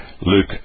Luke